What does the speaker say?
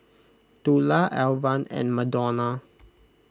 Tula Alvan and Madonna